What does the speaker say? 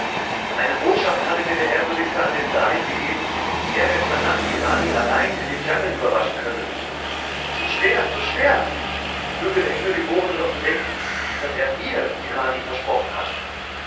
eine botschaft hatte mir der ehrwürdigste an den sahib gegeben wie er gestern nacht die rani allein in den dschangeln überraschen könne zu schwer zu schwer möge der himmelgeborene doch bedenken daß er mir die rani versprochen hat